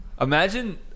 Imagine